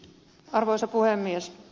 arvoisa puhemies